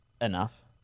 enough